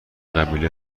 قبیله